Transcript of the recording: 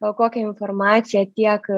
o kokią informaciją tiek